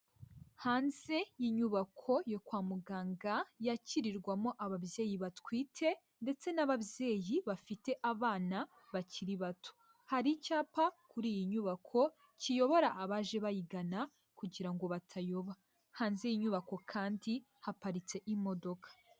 Hanze y'inyubako yo kwa muganga yakirirwamo ababyeyi batwite ndetse n'ababyeyi bafite abana bakiri bato hari icyapa kuri iyi nyubako kiyobora abaje bayigana kugira ngo batayoba hanze y'inyubako kandi haparitse imodoka